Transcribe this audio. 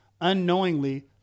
Unknowingly